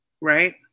right